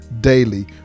Daily